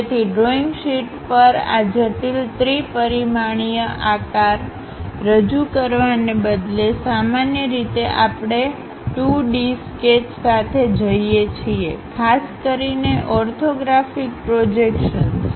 તેથી drawing sheet પર આ જટિલ ત્રિ પરિમાણીય આકાર રજૂ કરવાને બદલેસામાન્ય રીતે આપણે 2 ડી સ્કેચ સાથે જઇએ છીએ ખાસ કરીને ઓર્થોગ્રાફિક પ્રોજેક્શન્સ